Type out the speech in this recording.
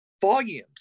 volumes